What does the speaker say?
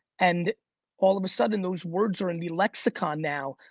and all of a sudden those words are in the lexicon now.